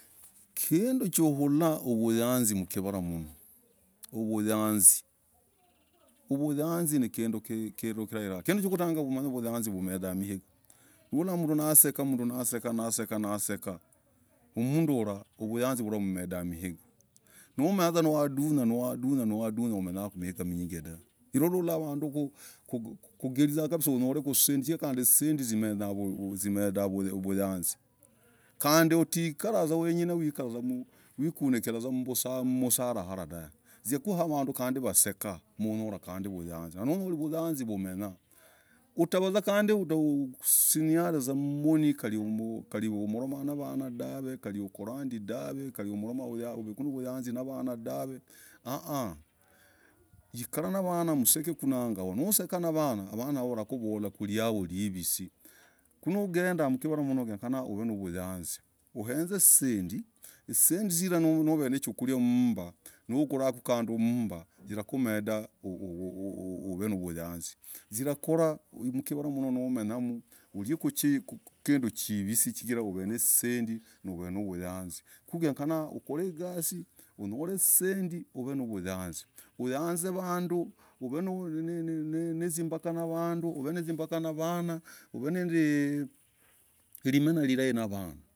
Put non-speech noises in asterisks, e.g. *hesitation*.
Kinduu choohulah vuyazii mkivarah mmnoo hovuzii uyazii uvuyazii nikinduu kilayai sana kinduu yakutangah umanye vuyazii imendaa no ulah mnduu nasekah nasekah nasekah mnduu ulah vuyazii umenda miingah no manyah vuzaa wadunyaaa wadunyaaa wadunyaaa umenyakuu mingaa vunyingi dah nololah vanduu koo ugerizukuuzisendii ku kandii zisendii zimendah vuyazii kandii utaakaravuzaa weng'in *hesitation* utaikunikirah mvisarah dahv *hesitation* zikuuavanduu wesekah no nonyolah ku vuyazii utakavakuu kandii usinyolah vuzaa mmoni kandii usekauu navaa dahv *hesitation* kalii urandii dahv *hesitation* kaliurah uvukuu navuyazii navanaa dahv *hesitation* :aaaaaa"hikarah navanah msikekuunangavoo nosekan navanah wakuvolah yaolivisii kugendaa mkivarah mmnoo genyekana uv *hesitation* navuyazii ueez *hesitation* zisendii zisendii zirah nauveenachuriah mmmbah no gulaku kanduu mmmbah kirakumendah uv *hesitation* navuyazii zirakorah mkivarah mmnoo nimenya *hesitation* ulikuu chiii kinduuchiivisii chigirah uvizisendii novenevuyazii ku genyekana hukore ul *hesitation* zisendii uvenivunyasii uyaz *hesitation* vanduu uv *hesitation* nazimbaka navanduu uv *hesitation* nazimbaka navanah uv *hesitation* neend *hesitation* limenyah lilai navanah.